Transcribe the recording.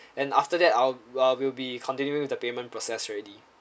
and after that I'll we'll be continuing with the payment process already